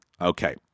Okay